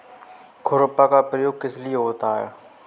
खुरपा का प्रयोग किस लिए होता है?